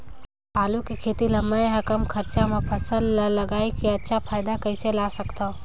आलू के खेती ला मै ह कम खरचा मा फसल ला लगई के अच्छा फायदा कइसे ला सकथव?